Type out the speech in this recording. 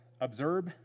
Observe